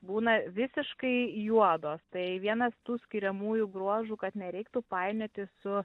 būna visiškai juodos tai vienas tų skiriamųjų bruožų kad nereiktų painioti su